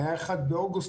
היה אחד באוגוסט,